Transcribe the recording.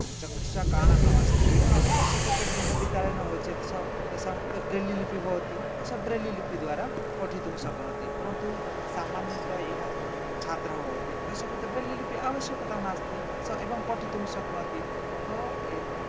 चक्षुषा काणः अस्ति तस्य कृते भिन्नविद्यालय न भवति चेत् स तेषां कृते ब्रैलि लिपि भवति तस्य ब्रैलि लिपिद्वारा पठितुं शक्नोति परन्तु सामान्यतः यः छात्रः भवति तस्य कृते ब्रैलि लिपि अवश्यकता नास्ति सः एवं पठितुं शक्नोति अतः